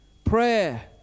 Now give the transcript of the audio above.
Prayer